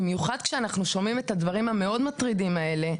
במיוחד כשאנחנו שומעים את הדברים המאוד מטרידים האלה,